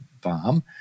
bomb